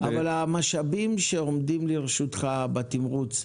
אבל המשאבים שעומדים לרשותך בתמרוץ,